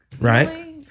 right